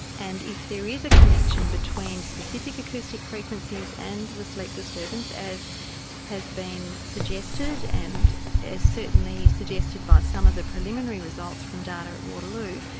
and if there is a connection between specific acoustic frequencies and the sleep disturbance, as has been suggested and is certainly suggested by some of the preliminary results from data at waterloo,